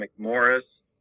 McMorris